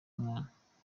umwana